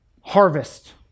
harvest